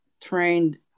trained